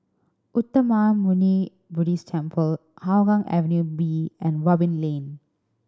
Uttamayanmuni Buddhist Temple Hougang Avenue B and Robin Lane